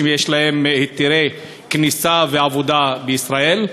שיש להם היתרי כניסה ועבודה בישראל.